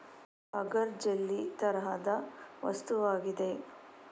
agar jelly ತರಹದ ವಸ್ತುವಾಗಿದೆ